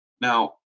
now